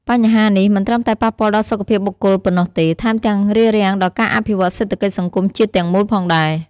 បញ្ហានេះមិនត្រឹមតែប៉ះពាល់ដល់សុខភាពបុគ្គលប៉ុណ្ណោះទេ ថែមទាំងរារាំងដល់ការអភិវឌ្ឍសេដ្ឋកិច្ចសង្គមជាតិទាំងមូលផងដែរ។